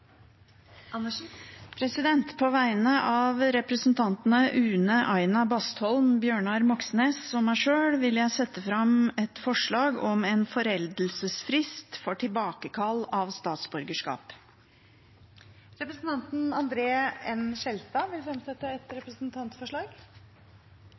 representantforslag. På vegne av representantene Une Bastholm, Bjørnar Moxnes og meg sjøl vil jeg sette fram et forslag om en foreldelsesfrist for tilbakekall av statsborgerskap. Representanten André N. Skjelstad vil fremsette et